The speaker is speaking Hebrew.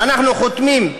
אנחנו חותמים,